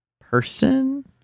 person